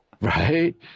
Right